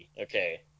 okay